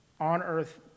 on-earth